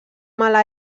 mala